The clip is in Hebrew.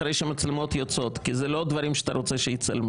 אחרי שהמצלמות היו יוצאות כי זה לא דברים שאתה רוצה שיצלמו.